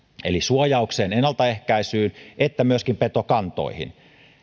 eli suojaukseen ennaltaehkäisyyn että myöskin petokantoihin